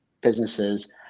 businesses